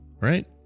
right